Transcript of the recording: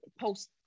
post